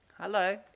Hello